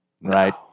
right